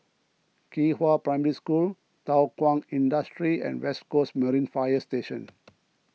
Qihua Primary School Thow Kwang Industry and West Coast Marine Fire Station